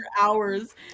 hours